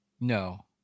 No